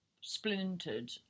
splintered